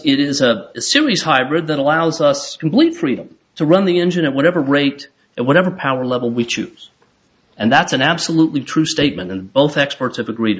it is a series hybrid that allows us complete freedom to run the engine at whatever rate and whatever power level we choose and that's an absolutely true statement and both experts have agreed